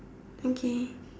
okay